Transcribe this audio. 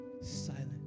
silent